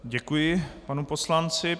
Děkuji panu poslanci.